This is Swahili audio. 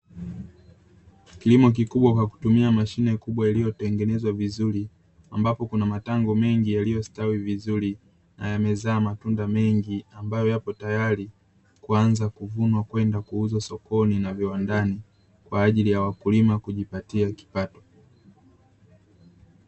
Kilimo kikubwa kwa kutumia mashine kubwa iliyotengenezwa vizuri ambapo kuna matango mengi yaliyostawi vizuri na ya mezaa matunda mengi ambayo yako tayari kuanza kuvunwa kwenda kuuzwa sokoni na viwandani kwa ajili ya wakulima kujipatia mapato.